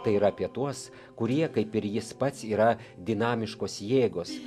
tai yra apie tuos kurie kaip ir jis pats yra dinamiškos jėgos